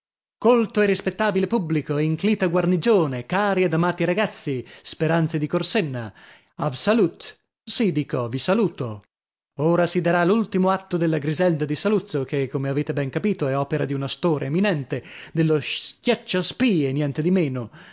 colto e rispettabile pubblico inclita guarnigione cari ed amati ragazzi speranze di corsenna a v'salut sì dico vi saluto ora si darà l'ultimo atto della griselda di saluzzo che come avete ben capito è opera di un astore eminente dello schiacciaspie niente di meno